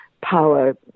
power